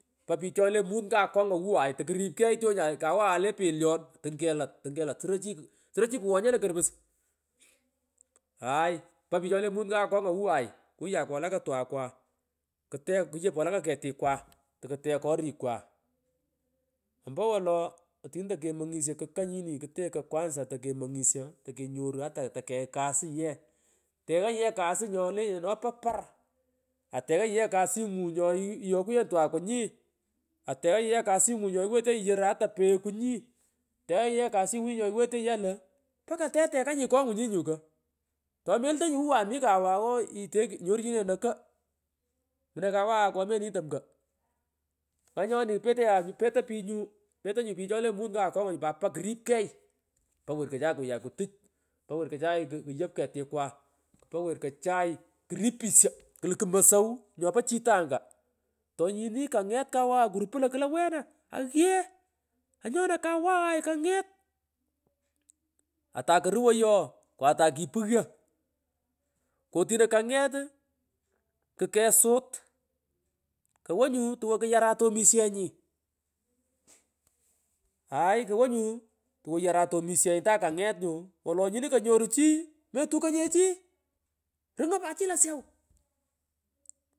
Paa pich chole mut nga akonga wuway tokurip koyh tyonyay kawaghay le pelyon tung kelat suroy ehi kuj suroy chi kuwonyo lo korpus kumung aay pa pich chole mut ngo akong wuwagh kuyakwa walaka twakwa kitek kuyip walaka ketikwa tokutek korikwa ngalan pich ompowolo tini tokemongishyo kuko nyini kutekoy kwansya tokemongisyo tokenyoru ata tukegh kasu yee teghanyi ye kasu nyolenyeno po par atanganyine kasingu nyo iyokuyenyi twaku nyi tangnyise kasingunyoiwetenyi ye lo mpaka tetekanyi kaghunyi nyu ko tomelutonyi wuway mi kawaw ooh itek inyorchinenyi ono kogh nginoy kawaghay kwomeninyi tomko nganyoni petecha petoy pich nyu petoy nyu pich chole mut ngo akonga pa krip kegh ipaneerko chay kuyaku tuch pa werko chay ketikwa pa werko chaay kripisyo kluku mosow chopo chitanga tonyini kaghet kawaghay kurupu lo klo kuroktewu ngalaria wena eghee anyone kawaghay kanget otay ko ruwoy ooh kwatay kipungyo kwonyino kangetuu kowonyu wo yarata omisyeni takanget nyu wolo tini konyoni nyu chii metukoynye chi rrungoy pat chi la syau.